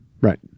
Right